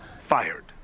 Fired